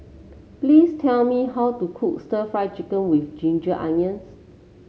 please tell me how to cook Stir Fried Chicken with Ginger Onions